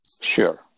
Sure